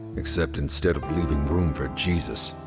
except instead of leaving room for jesus,